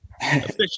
Officially